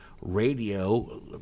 Radio